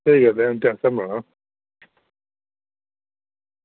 कोई नी जागतै आस्तै बनाना